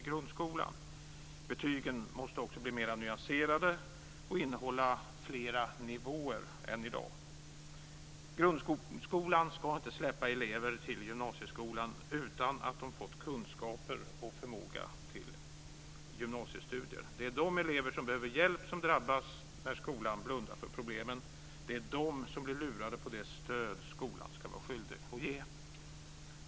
Betygen måste också bli mer nyanserade och innehålla fler nivåer än i dag. Grundskolan ska inte släppa elever till gymnasieskolan utan att de fått kunskaper och förmåga till gymnasiestudier. Det är de elever som behöver hjälp som drabbas när skolan blundar för problemen. Det är de som blir lurade på det stöd som skolan ska vara skyldig att ge.